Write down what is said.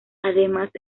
además